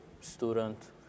student